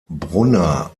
brunner